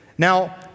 Now